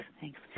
thanks